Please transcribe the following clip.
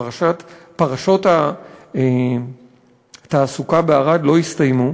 פרשות התעסוקה בערד לא הסתיימו,